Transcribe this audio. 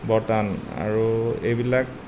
বৰ টান আৰু এইবিলাক